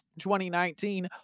2019